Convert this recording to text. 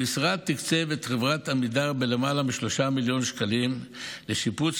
המשרד תקצב את חברת עמידר ביותר מ-3 מיליון שקלים לשיפוץ